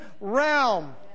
realm